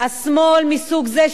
השמאל מסוג זה,